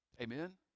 Amen